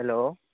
hello